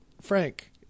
Frank